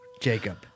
Jacob